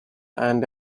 and